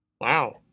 wow